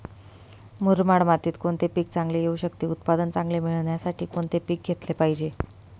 मुरमाड मातीत कोणते पीक चांगले येऊ शकते? उत्पादन चांगले मिळण्यासाठी कोणते पीक घेतले पाहिजे?